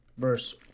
verse